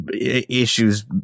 issues